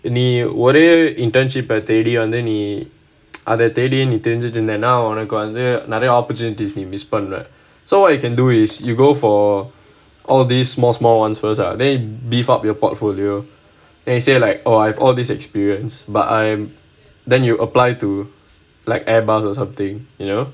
நீ ஒரே:nee orae internship தேடி வந்து நீ அத தேடி நீ திருஞ்சிட்டு இருந்தனா உனக்கு வந்து:thedi vanthu nee adha thirinjittu irunthanaa unakku vanthu oo நிறைய:niraiya opportunities நீ:nede miss பண்ணுவ:pannuva so what you can do is you go for all the small small ones first ah then beef up your portfolio they say like oh I've all this experience but I am then you apply to like Airbus or something you know